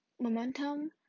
momentum